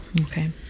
Okay